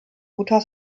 guter